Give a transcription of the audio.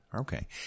Okay